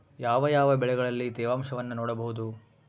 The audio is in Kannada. ಯಾವ ಯಾವ ಬೆಳೆಗಳಲ್ಲಿ ತೇವಾಂಶವನ್ನು ನೋಡಬಹುದು?